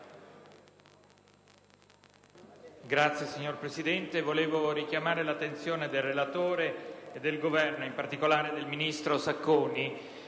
*(PD)*. Signor Presidente, volevo richiamare l'attenzione del relatore e del Governo, in particolare del ministro Sacconi,